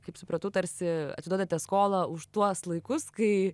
kaip supratau tarsi atiduodate skolą už tuos laikus kai